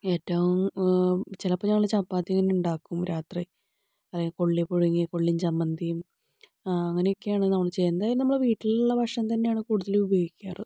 ഏറ്റവും ചിലപ്പോൾ ഞങ്ങൾ ചപ്പാത്തിയെങ്കിലും ഉണ്ടാക്കും രാത്രി അല്ലെങ്കിൽ കൊള്ളി പുഴുങ്ങി കൊള്ളിയും ചമ്മന്തിയും അങ്ങനെയൊക്കെയാണ് നമ്മൾ ചെയ്യുന്നത് എന്തായാലും നമ്മൾ വീട്ടിലുള്ള ഭക്ഷണം തന്നെയാണ് കൂടുതൽ ഉപയോഗിക്കാറ്